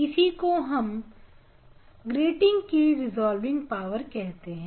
इसी को हम ग्रीटिंग की रिजॉल्विंग पावर कहते हैं